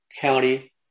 county